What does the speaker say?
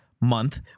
month